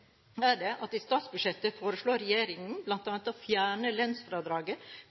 er at i statsbudsjettet foreslår regjeringen bl.a. å fjerne